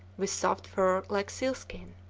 with soft fur like sealskin.